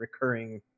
recurring